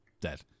dead